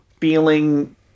Feeling